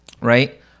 right